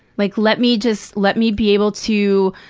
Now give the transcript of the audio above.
like, let me just let me be able to,